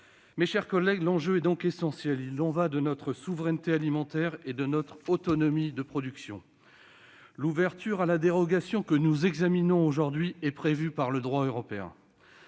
Mes chers collègues, l'enjeu est essentiel : il y va de notre souveraineté alimentaire et de notre autonomie de production. La dérogation que nous examinons aujourd'hui est prévue par le droit européen.